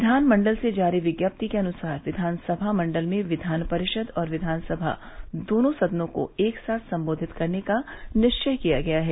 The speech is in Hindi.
विधानमंडल से जारी विज्ञप्ति के अनुसार विधानसभा मंडल में विधान परिषद और विधानसभा दोनों सदनों को एक साथ संबोधित करने का निश्चय किया गया है